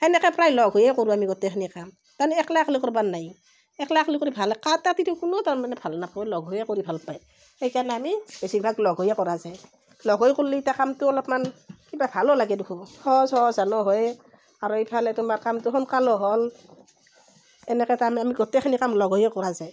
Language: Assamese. সেনেকৈ প্ৰায় লগ হৈয়ে কৰোঁ আমি গোটেইখিনি কাম তানে একলা একলা কৰবাৰ নাই একলা একলা কৰি ভাল কাটা তিৰি কোনো তাৰমানে ভাল নাপায় লগ হৈয়ে কৰি ভাল পায় সেইকাৰণে আমি বেছিভাগ লগ হৈয়ে কৰা যায় লগ হৈ কৰিলে এতিয়া কামটো অলপমান কিবা ভালো লাগে দেখো সহজ সহজ হেনো হয় আৰু ইফালে তোমাৰ কামটো সোনকালো হ'ল এনেকৈ তাৰমানে আমি গোটেইখিনি কাম লগ হৈয়ে কৰা যায়